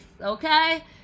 okay